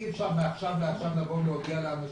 אי אפשר מעכשיו לעכשיו להודיע לאנשים.